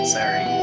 Sorry